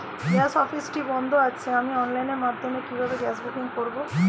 Gas অফিসটি বন্ধ আছে আমি অনলাইনের মাধ্যমে কিভাবে গ্যাস বুকিং করব?